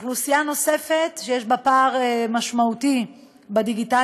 אוכלוסייה נוספת שיש בה פער משמעותי בדיגיטציה